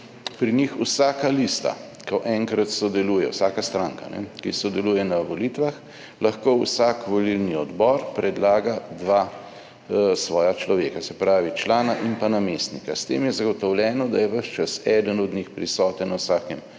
Pri njih vsaka lista, ko enkrat sodeluje, vsaka stranka, ki sodeluje na volitvah, lahko vsak volilni odbor predlaga dva svoja človeka. Se pravi, člana in namestnika. S tem je zagotovljeno, da je ves čas eden od njih prisoten na vsakem